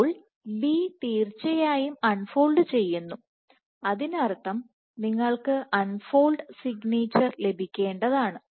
അപ്പോൾ B തീർച്ചയായും unfold ചെയ്യുന്നു അതിനർത്ഥം നിങ്ങൾക്ക് അൺ ഫോൾഡ് സിഗ്നേച്ചർ ലഭിക്കേണ്ടതാണ്